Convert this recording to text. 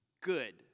good